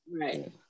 right